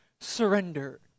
surrender